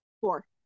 Four